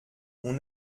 mon